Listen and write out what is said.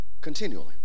continually